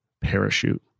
parachute